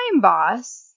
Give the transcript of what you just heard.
boss